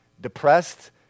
depressed